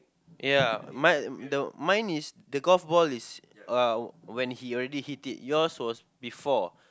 ya ma~ the mine is the golf ball is uh when he already hit it yours was before